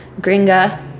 gringa